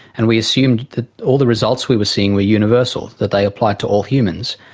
and we assumed that all the results we were seeing were universal, that they applied to all humans.